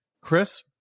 chris